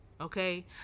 okay